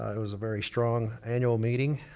it was a very strong annual meeting.